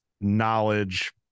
knowledge